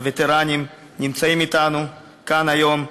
הווטרנים הנמצאים אתנו כאן היום,